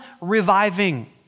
reviving